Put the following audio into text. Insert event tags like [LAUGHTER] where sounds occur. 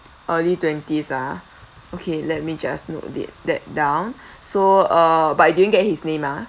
early twenties ah okay let me just note thi~ that down [BREATH] so uh but you didn't get his name ah